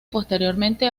posteriormente